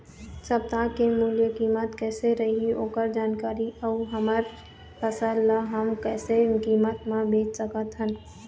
सप्ता के मूल्य कीमत कैसे रही ओकर जानकारी अऊ हमर फसल ला हम कैसे कीमत मा बेच सकत हन?